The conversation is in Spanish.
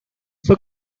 fue